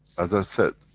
as i've said,